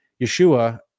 Yeshua